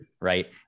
right